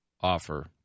offer